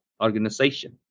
organization